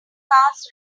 cars